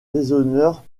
déshonneur